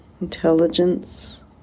intelligence